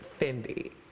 Fendi